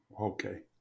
Okay